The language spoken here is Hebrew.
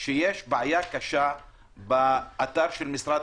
אנחנו רואים שיש בעיה קשה באתר של משרד